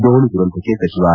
ದೋಣಿ ದುರಂತಕ್ಕೆ ಸಚಿವ ಆರ್